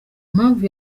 mpamvu